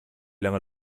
lange